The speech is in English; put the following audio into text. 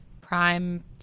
Prime